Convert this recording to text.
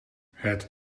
het